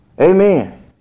Amen